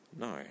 No